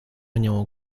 nią